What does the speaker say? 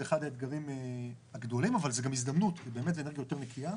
זה אחד האתגרים הגדולים אבל זה גם הזדמנות באמת לאנרגיה יותר נקייה.